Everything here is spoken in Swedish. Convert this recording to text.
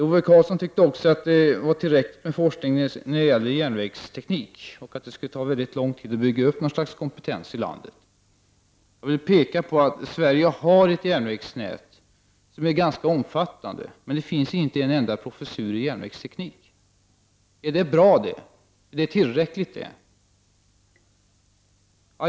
Ove Karlsson tyckte också att det var tillräckligt med forskning när det gäller järnvägsteknik och att det skulle ta mycket lång tid att bygga upp något slags kompetens i landet. Jag vill peka på att det trots att Sverige har ett ganska omfattande järnvägsnät inte finns en enda professur i järnvägsteknik. Är detta bra?